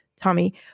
Tommy